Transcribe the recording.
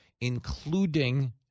including